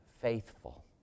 faithful